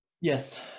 yes